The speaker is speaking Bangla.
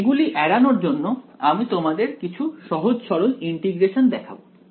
তাই এগুলি এড়ানোর জন্য আমি তোমাদের কিছু সহজ সরল ইন্টিগ্রেশন দেখাবো